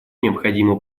необходимо